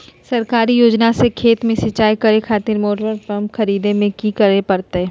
सरकारी योजना से खेत में सिंचाई करे खातिर मोटर पंप खरीदे में की करे परतय?